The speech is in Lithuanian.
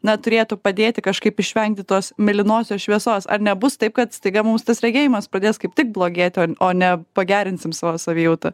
na turėtų padėti kažkaip išvengti tos mėlynosios šviesos ar nebus taip kad staiga mums tas regėjimas pradės kaip tik blogėti o ne pagerinsim savo savijautą